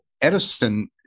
Edison